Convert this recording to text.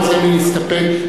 ובזה נסתפק.